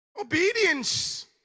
obedience